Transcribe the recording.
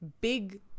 big